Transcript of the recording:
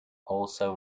also